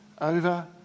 over